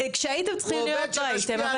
כשהייתם צריכים להיות לא הייתם.